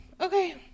okay